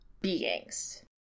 beings